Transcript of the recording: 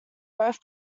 both